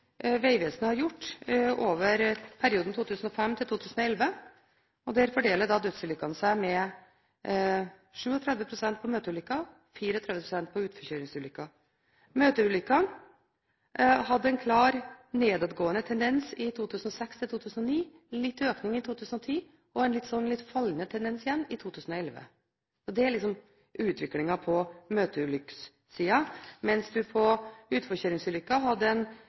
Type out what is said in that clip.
Vegvesenet har gjort for perioden 2005–2011. Der fordeler dødsulykkene seg med 37 pst. på møteulykker og 34 pst. på utforkjøringsulykker. Møteulykkene hadde en klar nedadgående tendens fra 2006 til 2009, en liten økning i 2010, og en litt fallende tendens igjen i 2011. Det er